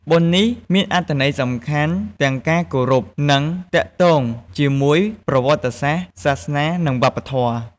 បុណ្យនេះមានអត្ថន័យសំខាន់ទាំងការគោរព និងទាក់ទងជាមួយប្រវត្តិសាស្រ្ដ សាសនា និងវប្បធម៌។